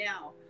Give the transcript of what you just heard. now